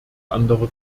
andere